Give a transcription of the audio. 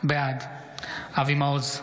בעד אבי מעוז,